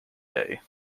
day